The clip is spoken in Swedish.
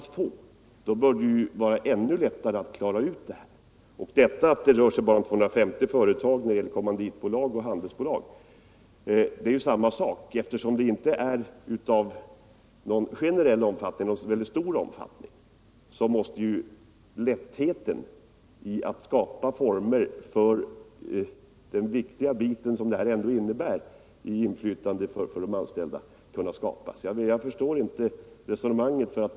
Men med så pass få bör det vara ännu lättare att klara ut det hela. Och beträffande de 250 kommandit och handelsbolagen är det samma sak: eftersom det inte är fråga om så stor omfattning måste det vara lätt att skapa former för den viktiga bit i inflytande som det här ändå innebär för de anställda.